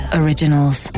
originals